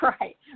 Right